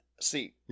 See